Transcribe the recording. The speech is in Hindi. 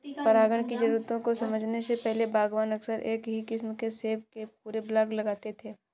परागण की जरूरतों को समझने से पहले, बागवान अक्सर एक ही किस्म के सेब के पूरे ब्लॉक लगाते थे